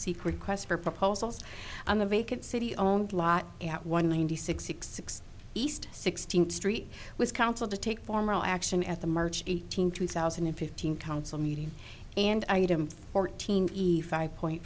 seek requests for proposals on the vacant city owned lot at one ninety six six six east sixteenth street was council to take formal action at the march eighteenth two thousand and fifteen council meeting and item fourteen easy five point